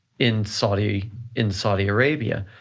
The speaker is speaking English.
in saudi in saudi arabia.